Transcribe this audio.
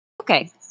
okay